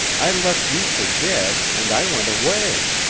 i left you for dead and i went away.